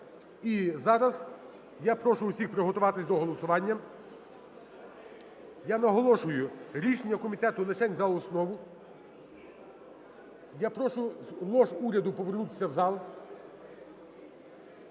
І зараз я прошу всіх приготуватись до голосування. Я наголошую, рішення комітету лишень за основу. Я прошу з лож уряду повернутися в зал.